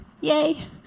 Yay